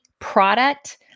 product